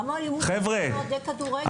חבר'ה,